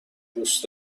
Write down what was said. دوست